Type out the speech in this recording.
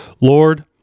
Lord